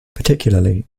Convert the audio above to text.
particularly